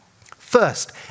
First